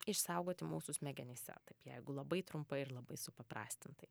išsaugoti mūsų smegenyse taip jeigu labai trumpai ir labai supaprastintai